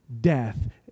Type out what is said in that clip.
death